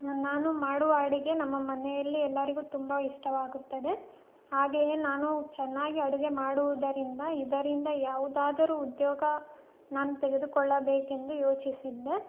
ನಾನು ಮಾಡುವ ಅಡುಗೆ ನಮ್ಮ ಮನೆಯಲ್ಲಿ ಎಲ್ಲರಿಗೂ ತುಂಬ ಇಷ್ಟವಾಗುತ್ತದೆ ಹಾಗೆಯೇ ನಾನು ಚೆನ್ನಾಗೆ ಅಡುಗೆ ಮಾಡುವುದರಿಂದ ಇದರಿಂದ ಯಾವುದಾದರೂ ಉದ್ಯೋಗ ನಾನು ತೆಗೆದುಕೊಳ್ಳಬೇಕೆಂದು ಯೋಚಿಸಿದ್ದೆ